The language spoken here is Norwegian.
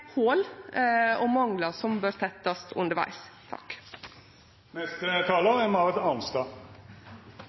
og manglar som bør tettast